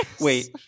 Wait